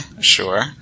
sure